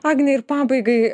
agne ir pabaigai